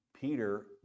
Peter